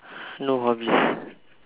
no hobbies